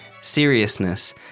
seriousness